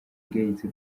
igayitse